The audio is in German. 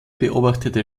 beobachtete